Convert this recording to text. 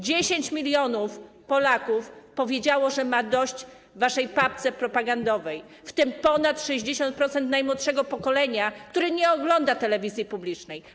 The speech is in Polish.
10 mln Polaków powiedziało, że ma dość waszej papki propagandowej, w tym ponad 60% najmłodszego pokolenia, które nie ogląda telewizji publicznej.